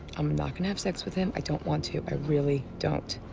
i'm not gonna have sex with him. i don't want to. i really don't.